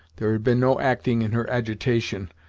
there had been no acting in her agitation,